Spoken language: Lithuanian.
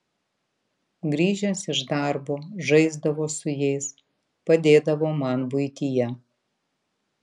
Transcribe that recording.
grįžęs iš darbo žaisdavo su jais padėdavo man buityje